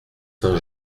saint